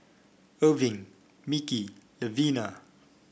Erving Micky Levina